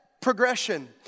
progression